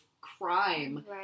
crime